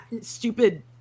stupid